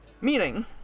meaning